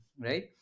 right